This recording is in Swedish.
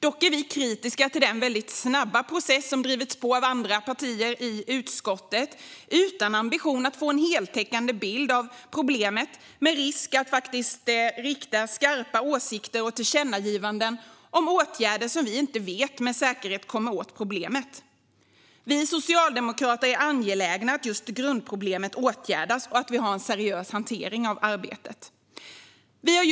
Dock är vi kritiska till den väldigt snabba process som drivits på av andra partier i utskottet utan ambitionen att få en heltäckande bild av problemet, med risk att rikta skarpa åsikter och tillkännagivanden om åtgärder som vi inte vet med säkerhet kommer åt problemet. Vi socialdemokrater är angelägna om att grundproblemet åtgärdas och att vi hanterar arbetet seriöst.